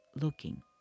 looking